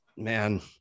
Man